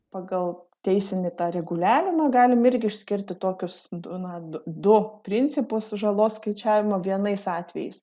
pagal teisinį reguliavimą galim irgi išskirti tokius du na du principus sužalos skaičiavimo vienais atvejais